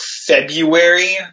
February